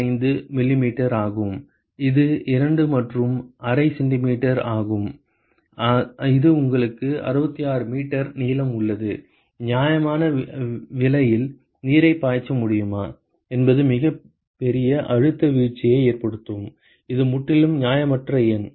25 millimetre ஆகும் அது 2 மற்றும் அரை சென்டிமீட்டர் ஆகும் அது உங்களுக்கு 66 மீட்டர் நீளம் உள்ளது நியாயமான விலையில் நீரை பாய்ச்ச முடியுமா என்பது மிகப்பெரிய அழுத்த வீழ்ச்சியை ஏற்படுத்தும் இது முற்றிலும் நியாயமற்ற எண்